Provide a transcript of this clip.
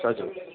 સાચું